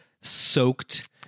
soaked